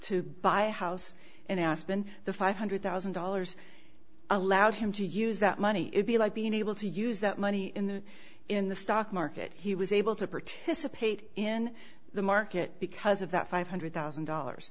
to buy a house in aspen the five hundred thousand dollars allowed him to use that money would be like being able to use that money in the in the stock market he was able to participate in the market because of that five hundred thousand dollars